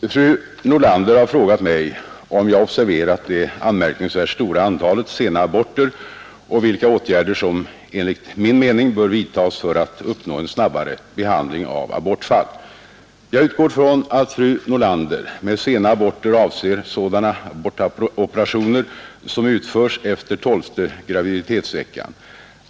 Herr talman! Fru Nordlander har frågat mig om jag observerat det anmärkningsvärt stora antalet sena aborter och vilka åtgärder som enligt min mening bör vidtas för att uppnå en snabbare behandling av abortfall. Jag utgår från att fru Nordlander med sena aborter avser sådana abortoperationer som utförs efter tolfte graviditetsveckan.